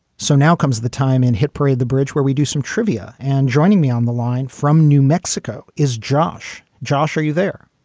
so now comes the time in hit parade, the bridge where we do some trivia. and joining me on the line from new mexico is josh. josh, are you there?